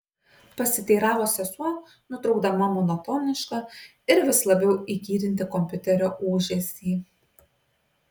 pasiteiravo sesuo nutraukdama monotonišką ir vis labiau įkyrintį kompiuterio ūžesį